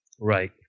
Right